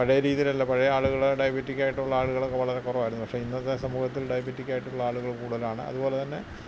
പഴയ രീതിയിലലല്ല പഴയ ആളുകൾ ഡയബറ്റിക്കായിട്ടുള്ള ആളുകൾ വളരെ കുറവായിരുന്നു പക്ഷേ ഇന്നത്തെ സമൂഹത്തിൽ ഡയബറ്റിക്കായിട്ടുള്ള ആളുകൾ കൂടുതലാണ് അതുപോലെ തന്നെ